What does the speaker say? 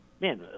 man